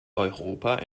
europa